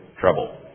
trouble